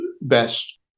best